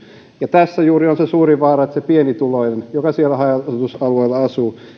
tässä juuri on se suuri vaara että pienituloinen joka siellä haja asutusalueella asuu